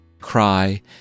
cry